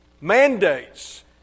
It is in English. mandates